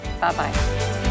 Bye-bye